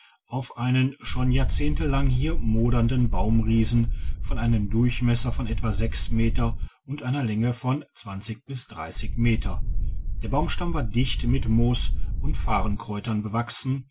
auf einen schon jahrzehnte lang hier modernden baumriesen von einem durchmesser von etwa meter und einer länge von meter der baumstamm war dicht mit moos und farrenkräutern bewachsen